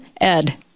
Ed